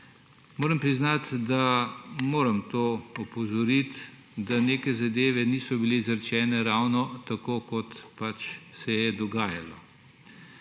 Moram priznati, da moram to opozoriti, da neke zadeve niso bile izrečene ravno tako, kot pač se je dogajalo.